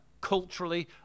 culturally